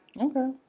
Okay